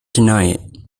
deny